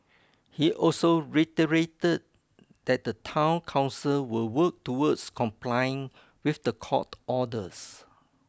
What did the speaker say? he also reiterated that the town council will work towards complying with the court orders